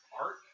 art